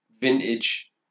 vintage